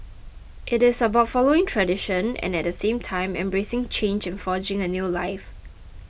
it is about following tradition and at the same time embracing change and forging a new life